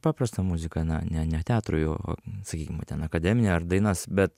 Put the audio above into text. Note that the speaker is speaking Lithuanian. paprastą muziką na ne ne teatrui o o sakykim ten akademinę ar dainas bet